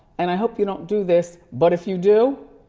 and i hope you don't do this. but if you do,